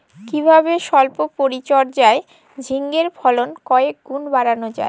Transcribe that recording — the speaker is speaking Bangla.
কিভাবে সল্প পরিচর্যায় ঝিঙ্গের ফলন কয়েক গুণ বাড়ানো যায়?